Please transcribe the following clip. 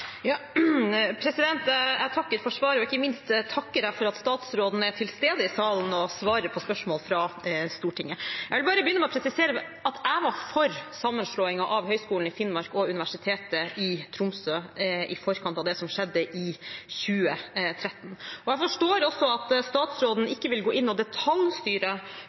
Jeg takker for svaret, og ikke minst takker jeg for at statsråden er til stede i salen og svarer på spørsmål fra Stortinget. Jeg vil begynne med å presisere at jeg var for sammenslåingen av Høgskolen i Finnmark og Universitetet i Tromsø i forkant av det som skjedde i 2013. Jeg forstår også at statsråden ikke vil gå inn og detaljstyre